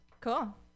Cool